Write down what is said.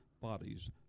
bodies